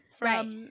right